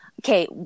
Okay